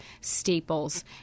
staples